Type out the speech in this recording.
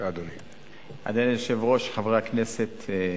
אדוני היושב-ראש, חברי הכנסת,